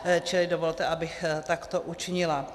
Čili dovolte, abych takto učinila.